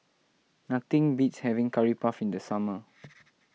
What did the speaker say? nothing beats having Curry Puff in the summer